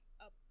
up